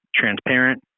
transparent